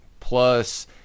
plus